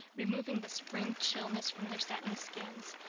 removing the spring chilliness from their satin skins,